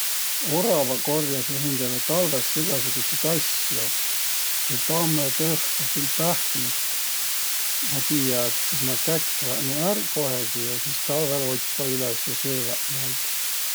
Oravaq korjasõq hindäle talvõs egäsugutsit asjo. Külh tammõtõhvo, külh pähkmit. Ma tiiä, et sis nä käkväq nuuq ärq kohegi ja sis talvõl otsvaq üles ja sööväq naid.